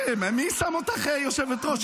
מי שם אותך יושבת-ראש?